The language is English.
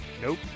nope